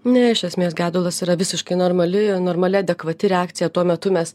ne iš esmės gedulas yra visiškai normali normali adekvati reakcija tuo metu mes